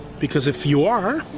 because if you are,